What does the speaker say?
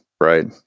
Right